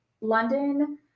London